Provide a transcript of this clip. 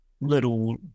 little